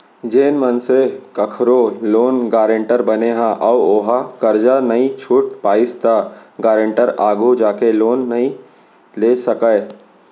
जेन मनसे कखरो लोन गारेंटर बने ह अउ ओहा करजा नइ छूट पाइस त गारेंटर आघु जाके लोन नइ ले सकय